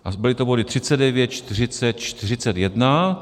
A byly to body 39, 40, 41.